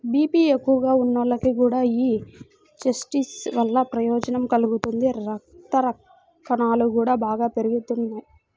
BP ఎక్కువగా ఉన్నోళ్లకి కూడా యీ చెస్ట్నట్స్ వల్ల ప్రయోజనం కలుగుతుంది, రక్తకణాలు గూడా బాగా పెరుగుతియ్యి